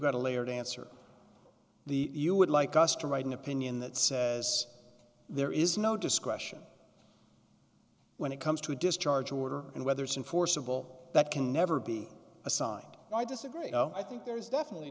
got a layered answer the you would like us to write an opinion that says there is no discretion when it comes to a discharge order and whether some forcible that can never be assigned i disagree i think there is definitely